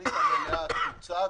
שהתוכנית המלאה תוצג